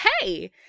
hey